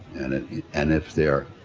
and ah and if they're,